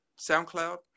SoundCloud